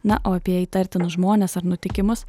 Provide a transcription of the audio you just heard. na o apie įtartinus žmones ar nutikimus